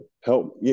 help